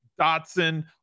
Dotson